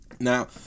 Now